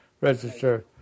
register